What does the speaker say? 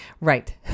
Right